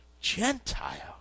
Gentile